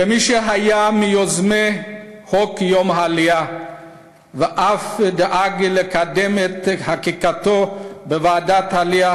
כמי שהיה מיוזמי חוק יום העלייה ואף דאג לקדם את חקיקתו בוועדת העלייה,